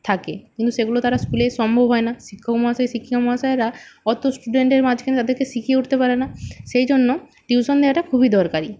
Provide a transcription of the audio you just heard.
থাকে কিন্তু সেগুলো তারা স্কুলে সম্ভব হয় না শিক্ষক মহাশয় শিক্ষিকা মহাশয়রা অতো স্টুডেন্টের মাঝখানে তাদেরকে শিখিয়ে উঠতে পারে না সেই জন্য টিউশান দেওয়াটা খুবই দরকারি